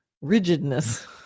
rigidness